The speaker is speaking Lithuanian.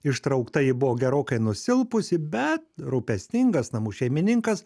ištraukta ji buvo gerokai nusilpusi bet rūpestingas namų šeimininkas